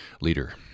leader